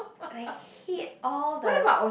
I hate all the